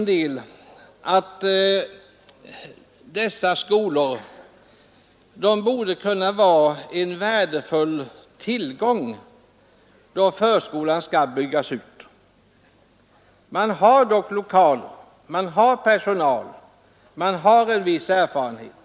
Jag anser att dessa förskolor borde kunna vara en värdefull tillgång då förskolan skall byggas ut: där finns dock lokaler, personal och en viss erfarenhet.